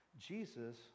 Jesus